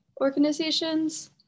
organizations